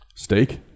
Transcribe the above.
Steak